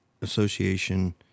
Association